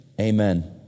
Amen